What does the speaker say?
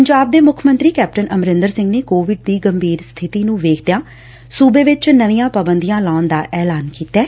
ਪੰਜਾਬ ਦੇ ਮੁੱਖ ਮੰਤਰੀ ਕੈਪਟਨ ਅਮਰਿੰਦਰ ਸਿੰਘ ਨੇ ਕੋਵਿਡ ਦੀ ਗੰਭੀਰ ਸਬਿਤੀ ਨੂੰ ਵੇਖਦਿਆਂ ਸੂਬੇ ਵਿੱਚ ਨਵੀਆਂ ਪਾਬੰਦੀਆਂ ਲਾਉਣ ਦਾ ਐਲਾਨ ਕੀਤੈ